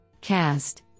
Cast